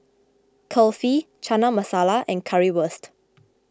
Kulfi Chana Masala and Currywurst